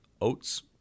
oats